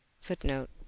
footnote